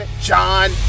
John